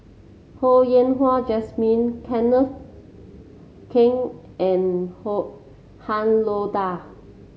Ho Yen Wah Jesmine Kenneth Keng and Han Lao Da